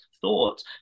thoughts